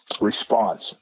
response